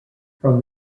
from